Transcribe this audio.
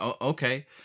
okay